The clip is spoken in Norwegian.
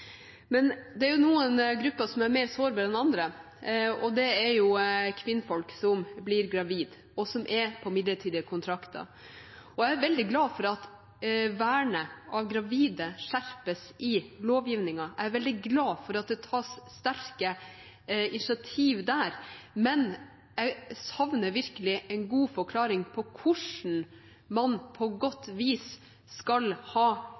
Men det er noen grupper som er mer sårbare enn andre, og det er kvinnfolk som blir gravide, og som er på midlertidige kontrakter. Jeg er veldig glad for at vernet av gravide skjerpes i lovgivningen, jeg er veldig glad for at det tas sterke initiativ der, men jeg savner virkelig en god forklaring på hvordan man på godt vis skal ha